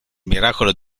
miracolo